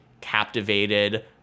captivated